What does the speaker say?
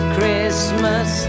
Christmas